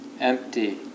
empty